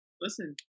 listen